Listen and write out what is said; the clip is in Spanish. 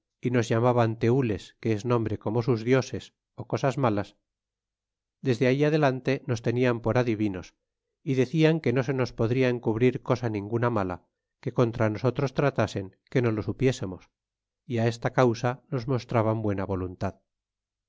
nos llamaban teules que es nombre como sus dioses ó cosas malas desde ahí adelante nos tenian por adivinos y decían que no se nos podria encubrir cosa ninguna mala que contra nosotros tratasen que no lo supiésemos y esta causa nos mostraban buena voluntad